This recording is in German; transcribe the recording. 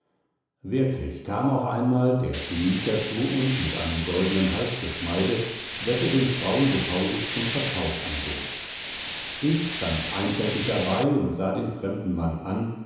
wirklich kam auch einmal der phöniker zu uns mit einem goldnen halsgeschmeide das er den frauen des hauses zum verkauf anbot ich stand einfältig dabei und sah den fremden mann an